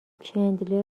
چندلر